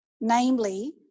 namely